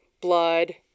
blood